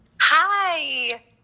Hi